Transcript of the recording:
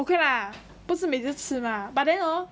okay lah 不是每次吃 lah but then hor